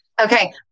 Okay